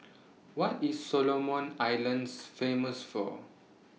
What IS Solomon Islands Famous For